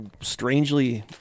strangely